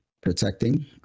protecting